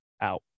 out